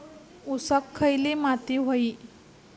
ऊसाक खयली माती व्हयी?